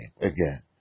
again